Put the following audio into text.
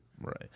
Right